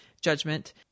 judgment